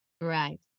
Right